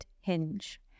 Hinge